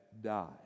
die